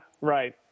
right